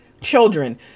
children